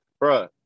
bruh